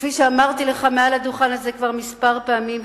וכפי שאמרתי לך מעל לדוכן הזה כבר כמה פעמים,